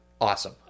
Awesome